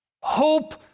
Hope